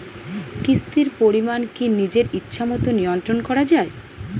কিস্তির পরিমাণ কি নিজের ইচ্ছামত নিয়ন্ত্রণ করা যায়?